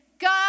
God